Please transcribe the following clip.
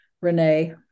Renee